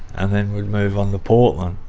and then we'd move onto portland.